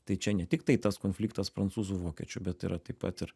tai čia ne tiktai tas konfliktas prancūzų vokiečių bet yra taip pat ir